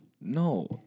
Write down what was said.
No